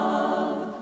Love